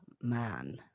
man